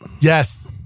Yes